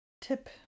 tip